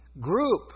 group